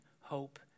hope